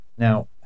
Now